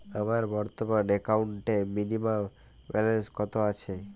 আমার বর্তমান একাউন্টে মিনিমাম ব্যালেন্স কত আছে?